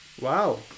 Wow